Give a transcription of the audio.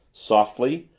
softly,